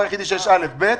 בנוסף,